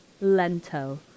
Lento